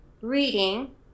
reading